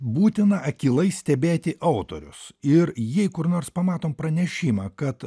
būtina akylai stebėti autorius ir jei kur nors pamatom pranešimą kad